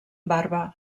barba